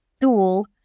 tool